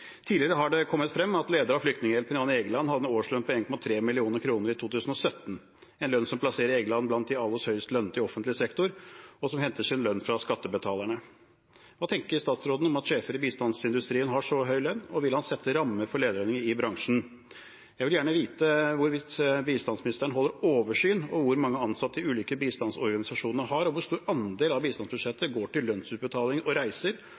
Tidligere har det kommet frem at lederen av Flyktninghjelpen, Jan Egeland, hadde en årslønn på 1,3 mill. kr i 2017, en lønn som plasserer Egeland blant de aller høyest lønnede i offentlig sektor, og som henter sin lønn fra skattebetalerne. Hva tenker statsråden om at sjefer i bistandsindustrien har så høy lønn, og vil han sette rammer for lederlønningene i bransjen? Jeg vil gjerne vite hvorvidt bistandsministeren holder oversyn over hvor mange ansatte de ulike bistandsorganisasjonene har, hvor stor andel av bistandsbudsjettet som går til lønnsutbetaling og reiser,